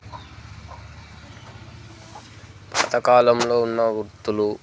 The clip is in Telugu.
ప్రస్తుత కాలంలో ఉన్న వృత్తులు